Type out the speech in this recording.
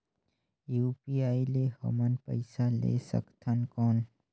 UPI ले हमन पइसा ले सकथन कौन?